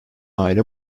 aile